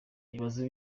ibaze